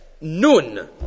Nun